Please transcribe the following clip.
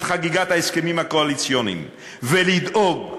חגיגת ההסכמים הקואליציוניים ולדאוג,